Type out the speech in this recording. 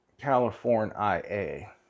California